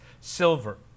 silver